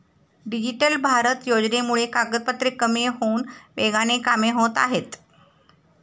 digital Bharat योजनेमुळे कागदपत्रे कमी होऊन वेगाने कामे होत आहेत